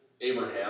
Abraham